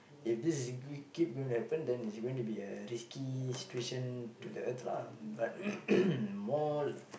if this is g~ keep going to happen then it's going to be a risky situation to the earth lah but more